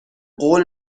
قول